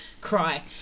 cry